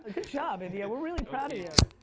ah good job india we're really proud of you.